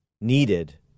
needed